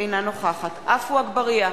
אינה נוכחת עפו אגבאריה,